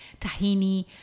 tahini